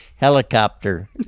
helicopter